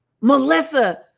Melissa